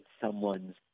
someone's